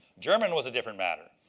german was a different matter.